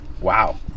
Wow